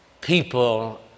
People